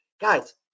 Guys